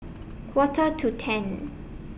Quarter to ten